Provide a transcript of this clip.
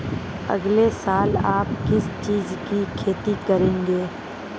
अगले साल आप किस चीज की खेती करेंगे?